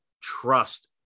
trust